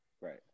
Right